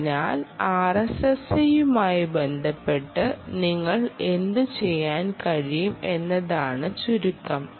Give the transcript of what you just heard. അതിനാൽ ആർഎസ്എസ്ഐയുമായി ബന്ധപ്പെട്ട് നിങ്ങൾക്ക് എന്തുചെയ്യാൻ കഴിയും എന്നതാണ് ചുരുക്കo